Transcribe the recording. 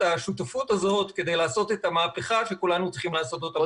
השותפות הזאת כדי לעשות את המהפכה שכולנו צריכים לעשות אותה ביחד.